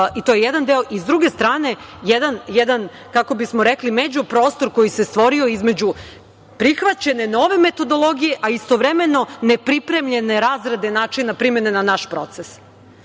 To je jedan deo. S druge strane, jedan međuprostor koji se stvorio između prihvaćene nove metodologije, a istovremeno nepripremljene razrade načina primene na naš proces